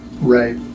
Right